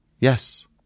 Yes